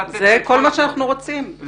זה מה שאנחנו רוצים,